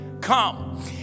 Come